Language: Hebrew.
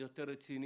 זה יותר רציני,